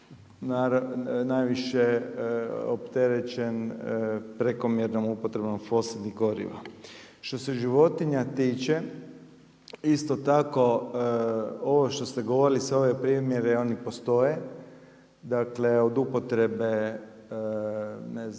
najviše opterećen prekomjernom upotrebom fosilnih goriva. Što se životinja tiče, isto tako ovo što ste govorili sve ove primjere, oni postoje, dakle od upotrebe ne znam,